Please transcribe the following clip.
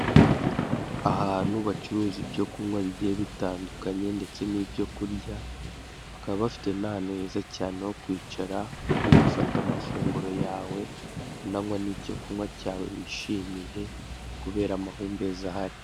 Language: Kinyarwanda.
Ahantu bacuruza ibyo kunywa bigiye bitandukanye ndetse n'ibyo kurya. Bakaba bafite n'ahantu heza cyane ho kwicara uri gufata amafunguro yawe, unanywa n'icyo kunywa cyawe wishimiye, kubera amahumbezi ahari.